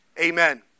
Amen